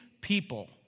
people